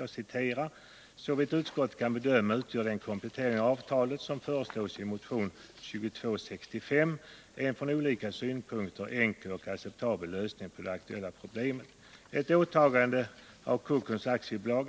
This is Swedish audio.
Jag citerar: ”Såvitt utskottet kan bedöma utgör den komplettering av avtalet som föreslås i motionen 2265 en från olika synpunkter enkel och acceptabel lösning på det nu aktuella problemet. Ett åtagande av Kockums AB